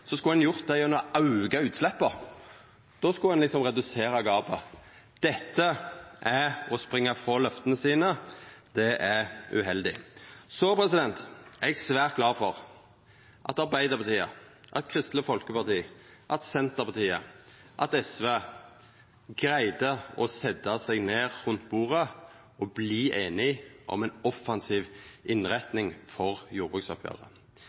så skulle ein gjort det gjennom å auka utsleppa. Då skulle ein liksom redusera gapet. Dette er å springa frå løfta sine. Det er uheldig. Så er eg svært glad for at Arbeidarpartiet, Kristeleg Folkeparti, Senterpartiet og SV greidde å setja seg ned rundt bordet og verta einige om ei offensiv innretning for jordbruksoppgjeret.